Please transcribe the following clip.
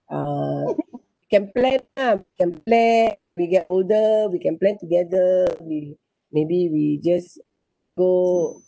uh can plan ah can plan we get older we can plan together we maybe we just go if I go